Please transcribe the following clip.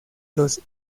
los